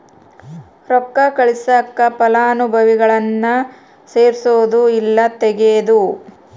ರೊಕ್ಕ ಕಳ್ಸಾಕ ಫಲಾನುಭವಿಗುಳ್ನ ಸೇರ್ಸದು ಇಲ್ಲಾ ತೆಗೇದು